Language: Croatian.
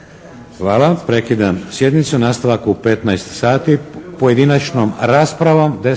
(HDZ)** Prekidam sjednicu. Nastavak u 15,00 sati, pojedinačnom raspravom,